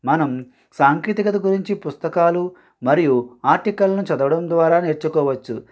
మనం సాంకేతికత గురించి పుస్తకాలు మరియు ఆర్టికల్ను చదవడం ద్వారా నేర్చుకోవచ్చు